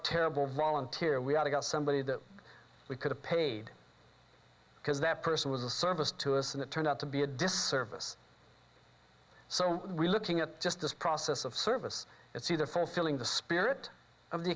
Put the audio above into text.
terrible volunteer we have got somebody that we could have paid because that person was a service to us and it turned out to be a disservice so we're looking at just this process of service it's either fulfilling the spirit of the